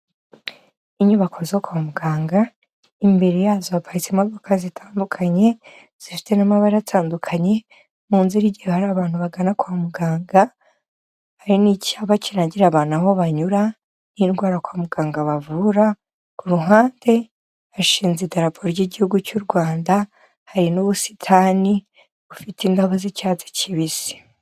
Inyubako zo kwa muganga, imbere yazo haparitse imodoka zitandukanye, zifite n'amabara atandukanye, mu nzira ajyayo hari abantu bagana kwa muganga, hari icyapa kirangira abantu aho banyura, n'indwara kwa muganga bavura, ku ruhande hashinze idarapo ry'igihugu cy'u Rwanda, hari n'ubusitani bufite indabo z'icyatsi kibisi.